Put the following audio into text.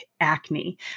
acne